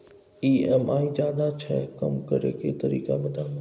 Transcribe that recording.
EMI ज्यादा छै कम करै के तरीका बताबू?